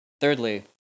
Thirdly